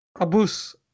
Abus